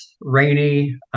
rainy